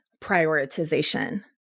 prioritization